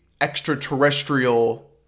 extraterrestrial